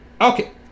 okay